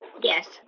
Yes